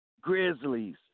Grizzlies